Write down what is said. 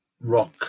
rock